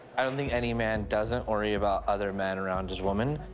i don't think any man doesn't worry about other men around his woman.